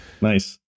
Nice